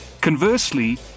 Conversely